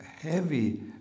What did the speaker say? heavy